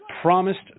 promised